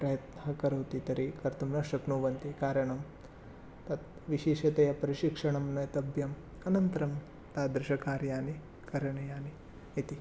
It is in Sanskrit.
प्रयत्नं करोति तर्हि कर्तुं न शक्नुवन्ति कारणं तत् विशेषतया प्रशिक्षणं नेतव्यम् अनन्तरं तादृशकार्याणि करणीयानि इति